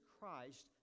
Christ